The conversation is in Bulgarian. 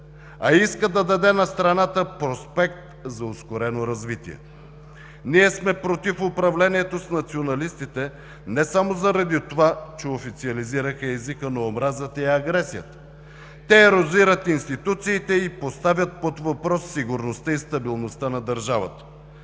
а иска да даде на страната проспект за ускорено развитие. Ние сме против управлението с националистите не само заради това че официализираха езика на омразата и агресията. Те ерозират институциите и поставят под въпрос сигурността и стабилността на държавата.